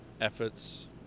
efforts